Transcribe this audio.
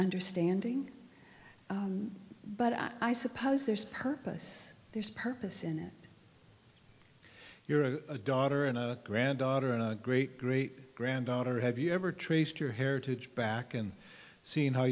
understanding but i suppose there's purpose there's purpose in it you're a daughter in a granddaughter and a great great granddaughter have you ever traced her heritage back and seeing how